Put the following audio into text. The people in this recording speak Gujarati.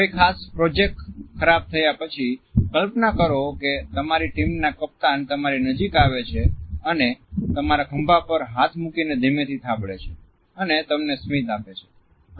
કોઈ ખાસ પ્રોજેક્ટ ખરાબ થયા પછી કલ્પના કરો કે તમારી ટીમના કપ્તાન તમારી નજીક આવે છે અને તમારા ખંભા પર હાથ મૂકી ધીમેથી થાબડે છે અને તમને સ્મિત આપે છે